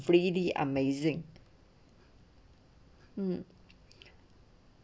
really amazing mm